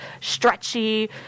stretchy